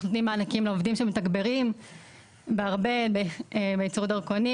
אנחנו נותנים מענקים לעובדים שמתגברים בייצור דרכונים.